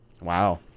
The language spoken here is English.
Wow